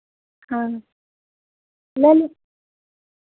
हाँ ले लें